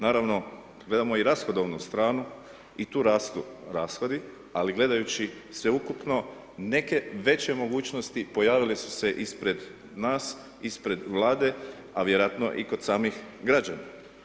Naravno, gledamo i rashodovnu stranu i tu rastu rashodi ali gledajući sve ukupno neke veće mogućnosti pojavile su se ispred nas, ispred Vlade, a vjerojatno i kod samih građana.